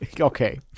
Okay